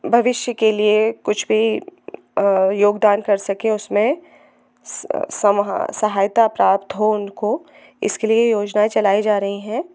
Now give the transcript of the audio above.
भविष्य के लिए कुछ भी योगदान कर सकें उसमें समहा सहायता प्राप्त हो उनको इसके लिए योजनाएँ चलाई जा रही हैं